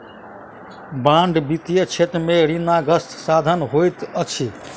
bond वित्तीय क्षेत्र में ऋणग्रस्तताक साधन होइत अछि